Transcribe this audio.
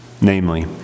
Namely